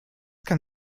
kann